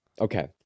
Okay